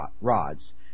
rods